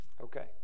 Okay